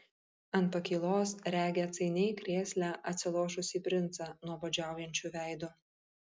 ant pakylos regi atsainiai krėsle atsilošusį princą nuobodžiaujančiu veidu